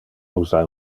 usa